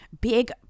big